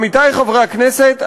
עמיתי חברי הכנסת,